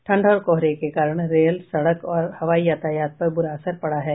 ठंड और कोहरे के कारण रेल सड़क और हवाई यातायात पर बुरा असर पड़ा है